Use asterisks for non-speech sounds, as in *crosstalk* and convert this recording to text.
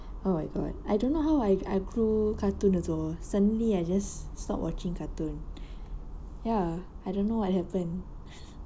oh my god I don't know how I I grew cartoon also suddenly I just stop watching cartoon ya I don't know what happen *laughs*